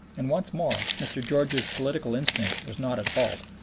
and once more mr. george's political instinct was not at fault.